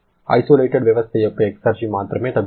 isolated వ్యవస్థ యొక్క exergy మాత్రమే తగ్గుతుంది